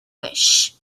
wish